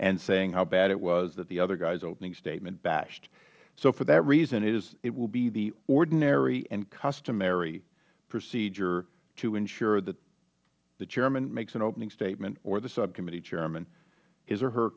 and saying how bad it was that the other guy's opening statement bashed so for that reason it will be the ordinary and customary procedure to ensure that the chairman makes an opening statement or the subcommittee chairman his or her